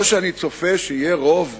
לא שאני צופה שיהיה רוב